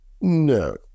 No